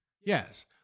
Yes